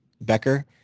Becker